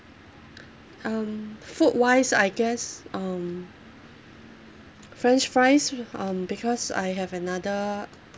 um food wise I guess um french fries um because I have another